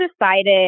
decided